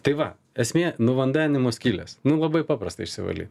tai va esmė nuvandeninimo skylės nu labai paprasta išsivalyt